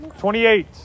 28